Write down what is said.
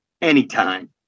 anytime